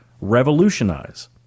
revolutionize